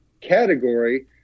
category